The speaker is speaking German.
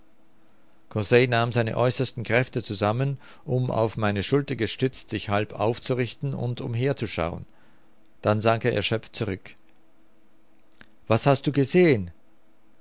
nahm seine äußersten kräfte zusammen um auf meine schulter gestützt sich halb aufzurichten und umherzuschauen dann sank er erschöpft zurück was hast du gesehen